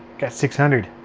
got six hundred.